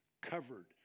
covered